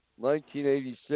1986